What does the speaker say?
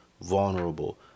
vulnerable